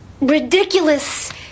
Ridiculous